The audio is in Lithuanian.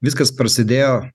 viskas prasidėjo